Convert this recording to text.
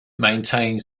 maintains